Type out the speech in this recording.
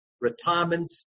retirement